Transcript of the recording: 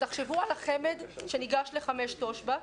תחשבו על החמ"ד שניגש לחמש תושבע,